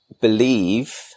Believe